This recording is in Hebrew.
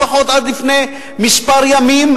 לפחות עד לפני כמה ימים,